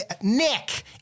Nick